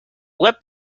web